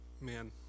man